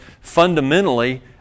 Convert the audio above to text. fundamentally